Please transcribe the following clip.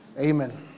Amen